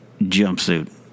jumpsuit